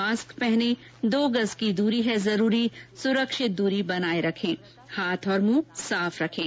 mask पहनें दो गज़ की दूरी है जरूरी सुरक्षित दूरी बनाए रखें हाथ और मुंह साफ रखें